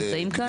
נמצאים כאן?